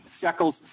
shekels